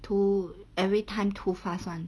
too every time too fast [one]